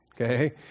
okay